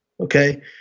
Okay